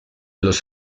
los